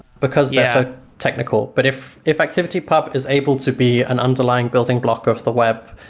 because they're so technical. but if if activity pub is able to be an underlying building block over the web,